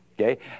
Okay